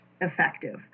effective